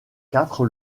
quatre